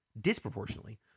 disproportionately